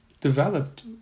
developed